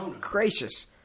gracious